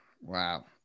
Wow